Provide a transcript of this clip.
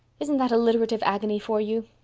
isn't that alliterative agony for you?